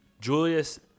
Julius